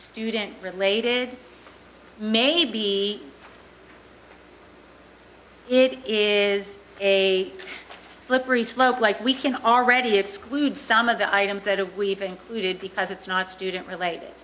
student related may be it is a slippery slope like we can already exclude some of the items that of we've included because it's not student related